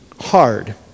hard